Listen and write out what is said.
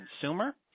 consumer